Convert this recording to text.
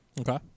Okay